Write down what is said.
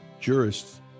jurists